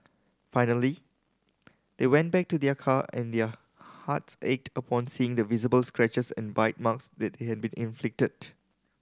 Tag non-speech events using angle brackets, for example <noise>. finally they went back to their car and their hearts ached upon seeing the visible scratches and bite marks that <unintelligible> had been inflicted